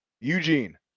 Eugene